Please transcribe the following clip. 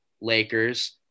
Lakers